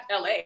LA